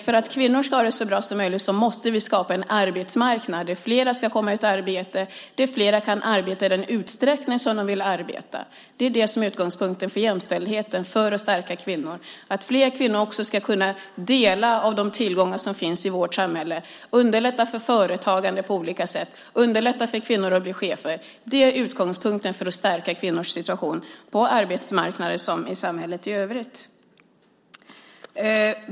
För att kvinnor ska ha det så bra som möjligt måste vi skapa en arbetsmarknad där flera ska komma i arbete och där flera kan arbeta i den utsträckning som de vill arbeta. Det är det som är utgångspunkten för jämställdheten och för att stärka kvinnor: att fler kvinnor också ska kunna få del av de tillgångar som finns i vårt samhälle. Vi ska underlätta för företagande på olika sätt och underlätta för kvinnor att bli chefer. Det är utgångspunkten för att stärka kvinnors situation, på arbetsmarknaden liksom i samhället i övrigt.